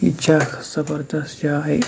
یہِ تہِ چھِ اَکھ زَبَردَس جاے